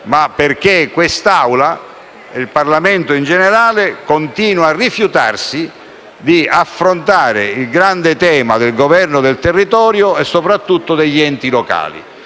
ma perché quest'Assemblea e il Parlamento in generale continuano a rifiutarsi di affrontare il grande tema del governo del territorio e, soprattutto, degli enti locali.